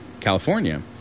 California